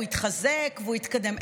הוא יתחזק והוא יתקדם.